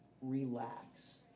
relax